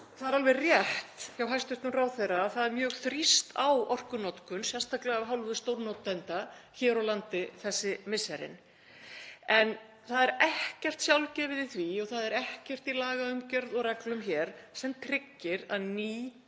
Það er alveg rétt hjá hæstv. ráðherra að það er mjög þrýst á orkunotkun, sérstaklega af hálfu stórnotenda hér á landi þessi misserin. En það er ekkert sjálfgefið í því og það er ekkert í lagaumgjörð og reglum hér sem tryggir að ný,